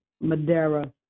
Madeira